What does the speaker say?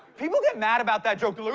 people get mad about that joke, they're